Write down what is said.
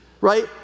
right